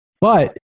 But-